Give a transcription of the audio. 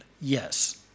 Yes